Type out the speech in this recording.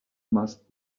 must